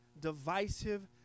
divisive